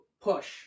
push